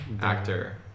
actor